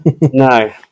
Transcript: No